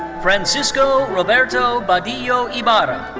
francisco roberto badillo ibarra.